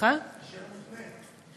אישר מותנה.